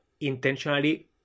intentionally